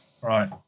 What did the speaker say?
Right